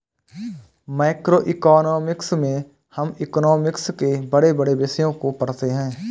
macroeconomics में हम economics के बड़े बड़े विषयों को पढ़ते हैं